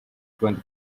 twenty